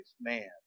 Man